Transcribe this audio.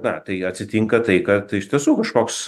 na tai atsitinka tai kad iš tiesų kažkoks